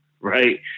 right